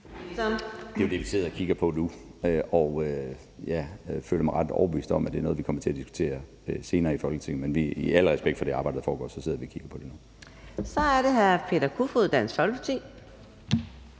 Det er det, vi sidder og kigger på nu, og jeg føler mig ret overbevist om, at det er noget, vi kommer til at diskutere senere i Folketinget. I al respekt for det arbejde, der foregår, sidder vi og kigger på det lige nu. Kl. 20:01 Fjerde næstformand